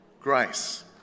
grace